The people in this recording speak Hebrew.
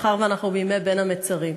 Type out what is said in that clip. מאחר שאנחנו בימי בין המצרים,